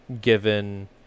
Given